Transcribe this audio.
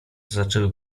zaczęły